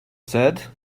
said